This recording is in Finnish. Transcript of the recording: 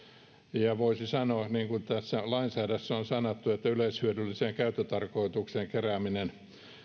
ja voisi sanoa niin kuin tässä lainsäädännössä on sanottu että yleishyödylliseen käyttötarkoitukseen kerääminen